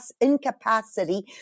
incapacity